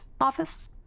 office